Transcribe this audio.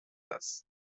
است